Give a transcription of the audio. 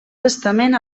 testament